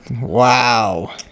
Wow